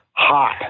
Hot